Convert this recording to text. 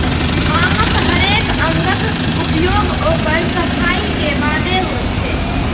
भांगक हरेक अंगक उपयोग ओकर सफाइ के बादे होइ छै